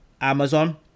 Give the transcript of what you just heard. Amazon